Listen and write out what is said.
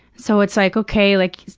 so it's like, okay, like,